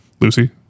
Lucy